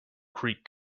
creek